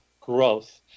growth